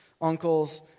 uncles